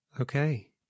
Okay